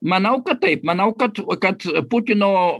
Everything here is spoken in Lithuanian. manau kad taip manau kad kad putino